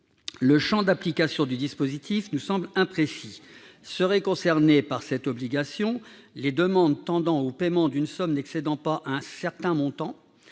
le champ d'application du dispositif nous semble imprécis. Seraient concernées par cette obligation les demandes tendant au paiement d'une somme n'excédant pas un certain montant